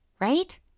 right